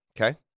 Okay